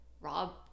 Rob